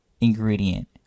ingredient